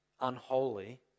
unholy